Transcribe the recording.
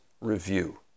review